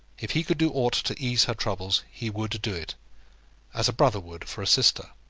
if he could do aught to ease her troubles, he would do it as a brother would for a sister.